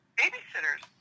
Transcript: babysitters